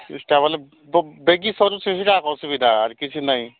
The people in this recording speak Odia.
ଚେଷ୍ଟା ବୋଲେ ବେଗି ସରୁଛି ସେଟା ଅସୁବିଧା କିଛି ନହିଁ